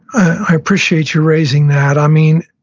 i appreciate your raising that. i mean,